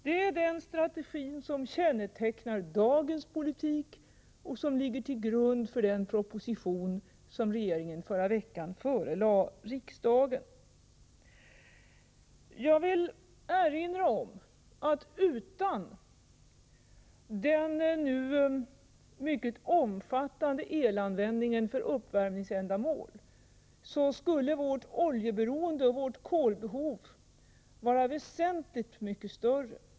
Detta är den strategi som kännetecknar dagens politik och som ligger till grund för den proposition som regeringen förra veckan förelade riksdagen. Jag vill erinra om att utan den nu mycket omfattande elanvändningen för uppvärmningsändamål skulle vårt oljeberoende och vårt behov av kol vara väsentligt mycket större.